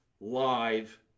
Live